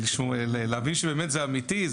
להבין שבאמת זה אמיתי,